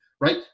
right